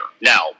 Now